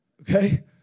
Okay